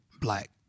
black